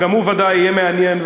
וגם הוא ודאי יהיה מעניין,